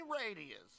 Radius